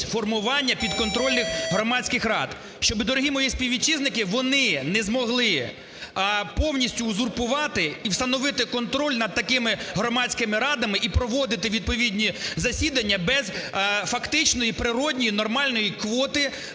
формування підконтрольних громадських рад. Щоб, дорогі мої співвітчизники, вони не змогли повністю узурпувати і встановити контроль над такими громадськими радами і проводити відповідні засідання без фактичної природної, нормальної квоти